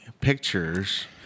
pictures